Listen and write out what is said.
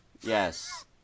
Yes